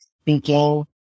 speaking